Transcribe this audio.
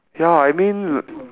ya I mean l~